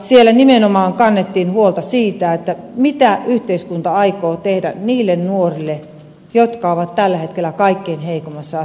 siellä nimenomaan kannettiin huolta siitä mitä yhteiskunta aikoo tehdä niille nuorille jotka ovat tällä hetkellä kaikkein heikoimmassa asemassa